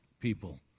people